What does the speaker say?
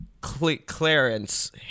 clarence